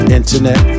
internet